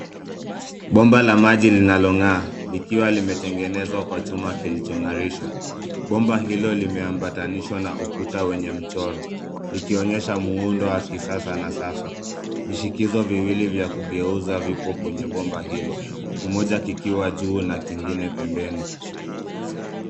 Bomba la maji linalongaa likiwa limetengenezwa kwa chuma kilichongarishwa bomba hilo limeambatanishwa na ukuta wenye mchoro likionyesha muundo wa kisasa na safi vishikizo viwili vya kugeuza vipo kwenye bomba hilo kimoja kikiwa juu na kingine pembeni.